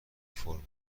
فورمن